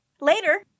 Later